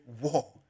war